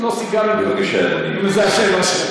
לא קיבלנו, ברוך השם.